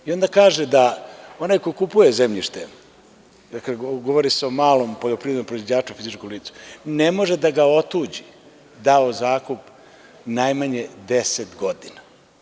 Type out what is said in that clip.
I onda kaže da onaj ko kupuje zemljište, govori se o malom poljoprivrednom proizvođaču, fizičkom licu, ne može da ga otuđi, da u zakup najmanje 10 godina.